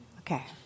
Okay